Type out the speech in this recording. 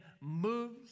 moves